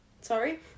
sorry